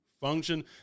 Function